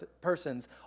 persons